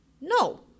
No